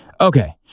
okay